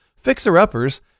fixer-uppers